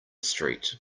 street